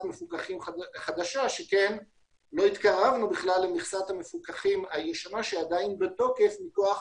מפוקחים חדשה שכן לא התקרבנו בכלל למכסת המפוקחים הישנה שעדיין בתוקף מתוקף